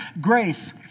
Grace